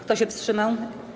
Kto się wstrzymał?